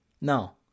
No